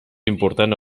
important